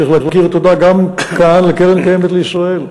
צריך להכיר תודה גם כאן לקרן קיימת לישראל.